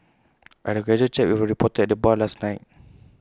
I had A casual chat with A reporter at the bar last night